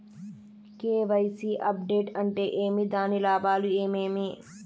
KYC update అంటే ఏమి? దాని లాభాలు ఏమేమి?